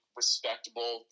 respectable